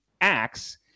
acts